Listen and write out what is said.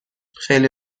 خیلی